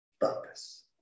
purpose